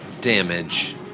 Damage